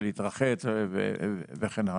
להתרחץ וכן הלאה.